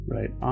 Right